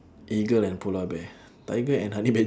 eagle and polar bear tiger and honey bad~